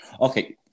Okay